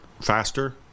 faster